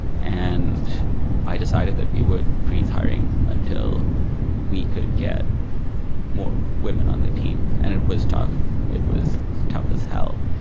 and i decided that we would freeze hiring until we could get more women on the team, and it was tough. it was tough as hell.